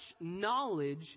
knowledge